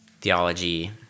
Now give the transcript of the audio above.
theology